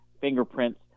fingerprints